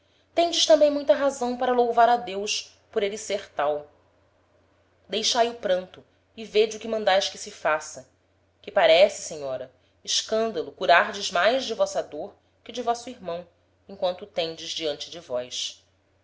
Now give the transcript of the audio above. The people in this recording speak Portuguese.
toda tendes tambem muita razão para louvar a deus por ele ser tal deixae o pranto e vêde o que mandaes que se faça que parece senhora escandalo curardes mais de vossa dor que de vosso irmão emquanto o tendes diante de vós